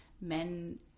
men